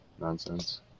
nonsense